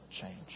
change